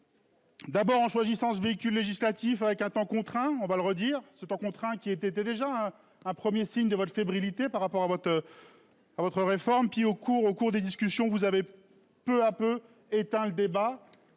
D'abord en choisissant ce véhicule législatif avec un temps contraint on va le redire ce temps contraint qui était déjà un 1er signe de votre fébrilité par rapport à votre. À votre réforme qui au cours au cours des discussions vous avez peu à peu éteint le débat.